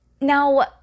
Now